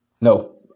No